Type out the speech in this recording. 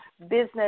business